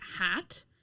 hat